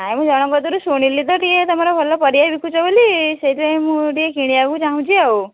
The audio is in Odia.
ନାଇଁ ମୁଁ ଜଣକ ପାଖରୁ ଶୁଣିଲି ତ ଟିକେ ତୁମର ଭଲ ପରିବା ବିକୁଛ ବୋଲି ସେଇଥିପାଇଁ ମୁଁ ଟିକେ କିଣିବାକୁ ଚାହୁଁଛି ଆଉ